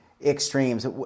Extremes